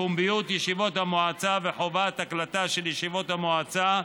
פומביות ישיבות המועצה וחובת הקלטה של ישיבות המועצה,